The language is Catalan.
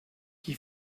qui